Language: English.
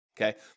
Okay